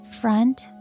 front